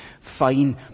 fine